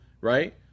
right